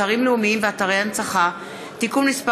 אתרים לאומיים ואתרי הנצחה (תיקון מס'